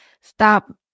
stop